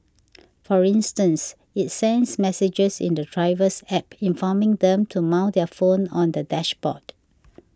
for instance it sends messages in the driver's App informing them to mount their phone on the dashboard